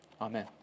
Amen